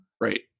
right